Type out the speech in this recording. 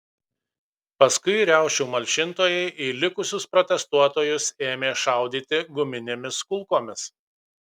paskui riaušių malšintojai į likusius protestuotojus ėmė šaudyti guminėmis kulkomis